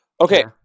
Okay